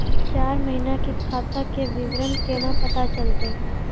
चार महिना के खाता के विवरण केना पता चलतै?